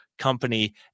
company